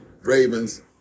Ravens